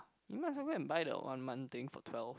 you might so good and buy the one month thing for twelve